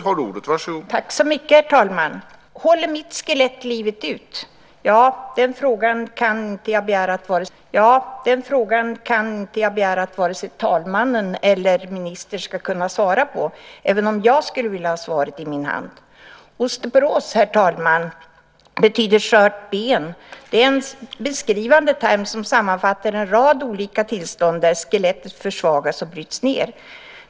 Herr talman! Håller mitt skelett livet ut? Ja, den frågan kan jag inte begära att vare sig talmannen eller ministern ska kunna svara på, även om jag skulle vilja ha svaret i min hand. Osteoporos, herr talman, betyder skört ben. Det är en beskrivande term som sammanfattar en rad olika tillstånd där skelettet försvagas och bryts ned.